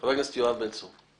חבר הכנסת יואב בן צור.